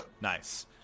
Nice